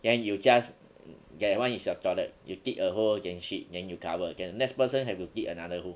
then you just that one is your toilet you dig a hole then shit then you cover then the next person have to get another hole